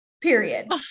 period